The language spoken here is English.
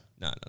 no